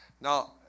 Now